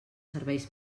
serveis